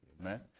amen